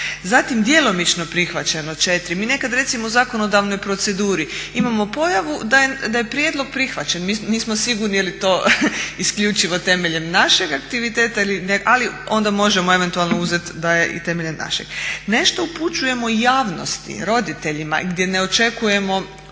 Zatim djelomično prihvaćeno 4. Mi nekad recimo u zakonodavnoj proceduri imamo pojavu da je prijedlog prihvaćen. Mi nismo sigurni je li to isključivo temeljem našeg aktiviteta ali onda možemo eventualno uzeti i da je temeljem našeg. Nešto upućujemo i javnosti, roditeljima, gdje ne očekujemo